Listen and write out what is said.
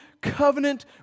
covenant